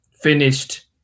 finished